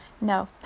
No